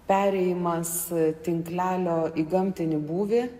perėjimas tinklelio į gamtinį būvį